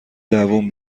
دووم